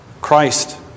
Christ